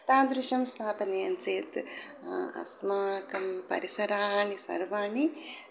तादृशं स्थापनीयं चेत् अस्माकं परिसराणि सर्वाणि